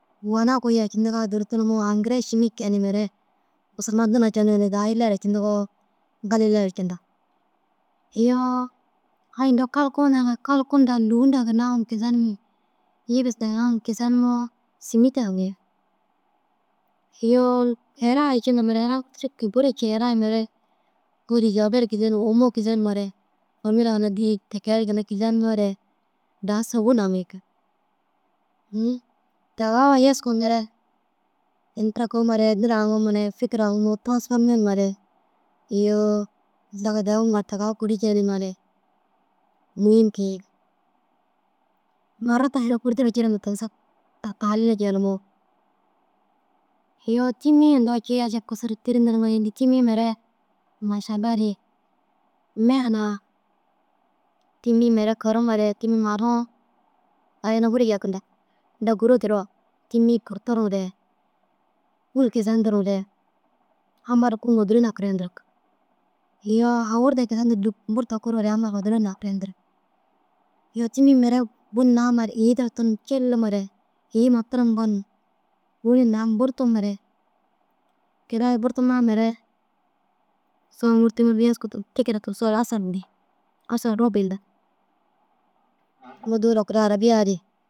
Wona kôi yercindigaa duro tunumare ãŋgires šîmik jee nimare busauma dina cenigi ni daha illa yercindigoo gali illa yercindig. Iyoo ai undoo kalkuu niriŋa kalkuu nda lûu nda ginna hoŋum kizenim yîbis ta hoŋum kizenimoo sîmiti haŋii. Iyoo ere ai ciiŋa mere ere himi buru cii mere ere ai buri yebet kizenim hômo kizenimare hêmira na dîi ti kee ru ginna kizenimoore daha sûwo namig. ŨU tawowu ai yesku mire ini tira kisimare dina haŋimare fîkir haŋimare tirasformonimare iyoo zaga dagimaŋa ru tagau kuri jenimare muhim kisig. Marat halu kuiri duro ciire na tigisig hakal duro jenimoo. Iyoo tîmii indoo cii ašam kirsir tîdiri niŋa înni? Tîmi mere maša bar ye mi- a huna mere kigirmare tîmi maru ayine fûro jakindg. Undoo Gûro dero tîmi kurturure wîi kizendurure amma ru kurukur duro nakir yendirig. Iyoo hawur te kizendir lûmpur topurure amma ru duro nakir yendirig iyoo tîmi wîna nam îyi duro tunum cillimare îyima tirim gonum wîni nam burtumoore kile ai burtuma mire som wurdi yeski tikire tigisoo asal dîi. Asal rôb yindig kuru dôwula kura arabiyaa ri